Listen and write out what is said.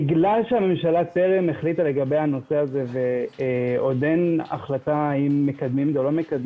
בגלל שהממשלה טרם החליטה בנושא הזה ועוד אין החלטה אם מתקדמים או לא,